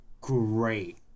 great